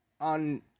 on